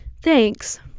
thanks